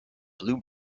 blue